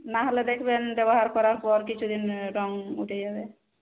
নাহলে দেখবেন ব্যবহার করার পর কিছুদিন রং উঠে যাবে